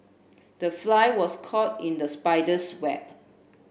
the fly was caught in the spider's web